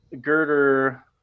Girder